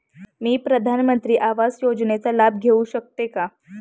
मी प्रधानमंत्री आवास योजनेचा लाभ घेऊ शकते का?